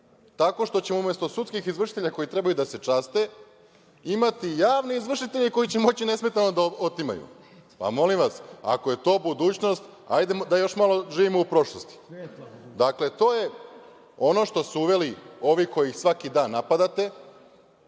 tako što ćemo umesto sudskih izvršitelja koji trebaju da se časte, imati javne izvršitelje koji će moći nesmetano da otimaju. Pa molim vas, ako je to budućnost, hajde da još malo živimo u prošlosti. Dakle, to je ono što su uveli ovi koje svaki dan napadate,